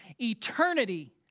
eternity